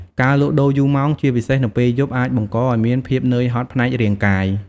ការលក់ដូរយូរម៉ោង ជាពិសេសនៅពេលយប់ អាចបង្កឱ្យមានភាពនឿយហត់ផ្នែករាងកាយ។